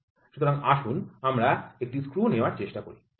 সুতরাং আসুন আমরা একটি স্ক্রু নেওয়ার চেষ্টা করি ঠিক আছে